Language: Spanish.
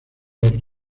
los